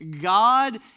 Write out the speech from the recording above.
God